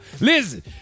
Listen